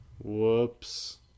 Whoops